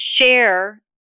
share